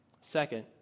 Second